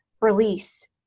release